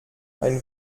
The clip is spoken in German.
ein